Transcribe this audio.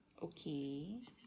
okay